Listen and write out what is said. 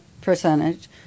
percentage